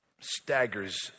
Staggers